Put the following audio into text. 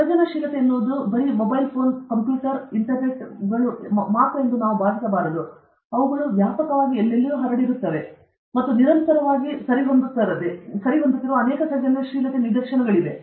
ಸೃಜನಶೀಲತೆ ಎನ್ನುವುದು ಹೊಸ ಮೊಬೈಲ್ ಫೋನ್ ಹೊಸ ಕಂಪ್ಯೂಟರ್ ಸರಿ ಇಂಟರ್ನೆಟ್ ಮತ್ತು ಇವುಗಳೆಂದು ನಾವು ಭಾವಿಸಬಾರದು ಅವುಗಳು ವ್ಯಾಪಕವಾಗಿ ಹರಡಿರುತ್ತವೆ ಮತ್ತು ನಿರಂತರವಾಗಿ ಸರಿಹೊಂದುತ್ತಿರುವ ಅನೇಕ ಸೃಜನಶೀಲತೆಗಳಾಗಿವೆ